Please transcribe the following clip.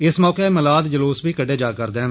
इस मौके मिलाद जलूस बी कड्डे जा करदे न